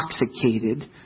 intoxicated